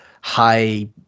high